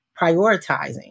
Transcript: prioritizing